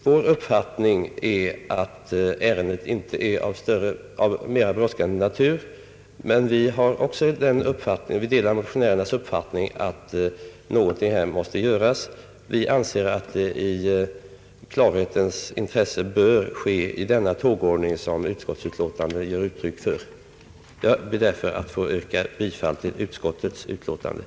Vår uppfattning är att ärendet inte är av mera brådskande natur, men vi delar motionärernas åsikt att någonting måste göras. Vi anser att det i klarhetens intresse bör ske efter den tågordning som utskottets utlåtande ger uttryck för. Jag ber därför att få yrka bifall till utskottets förslag.